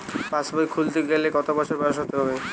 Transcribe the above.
পাশবই খুলতে গেলে কত বছর বয়স হতে হবে?